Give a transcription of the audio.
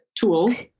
tools